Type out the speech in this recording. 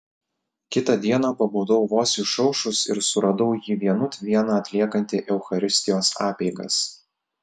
kitą dieną pabudau vos išaušus ir suradau jį vienut vieną atliekantį eucharistijos apeigas